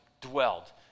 dwelled